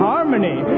Harmony